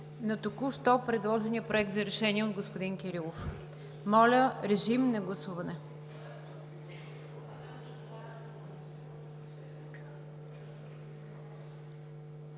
на току-що предложения проект за решение от господин Кирилов. Гласуваме